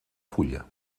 fulla